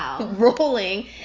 rolling